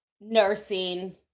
nursing